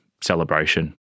celebration